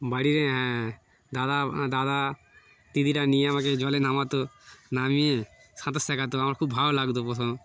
বাড়ির হ্যাঁ দাদা দাদা দিদিরা নিয়ে আমাকে জলে নামাত নামিয়ে সাঁতার শেখাত আমার খুব ভালো লাগত প্রথমে